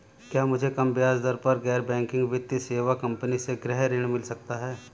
क्या मुझे कम ब्याज दर पर गैर बैंकिंग वित्तीय सेवा कंपनी से गृह ऋण मिल सकता है?